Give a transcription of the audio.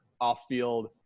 off-field